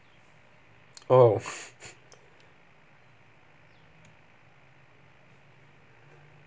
there's nice food at waterway point, but i really don't mind going down to dhoby ghaut if it's easier. straight purple line for me oh